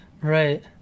right